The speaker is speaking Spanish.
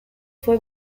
fue